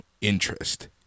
interest